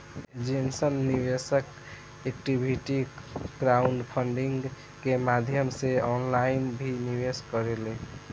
angel निवेशक equity crowdfunding के माध्यम से ऑनलाइन भी निवेश करेले